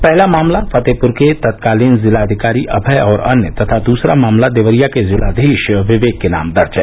पहला मामला फतेहपुर के तत्कालीन जिलाधिकारी अभय और अन्य तथा दूसरा मामला देवरिया के जिलाधीश विवेक के नाम दर्ज है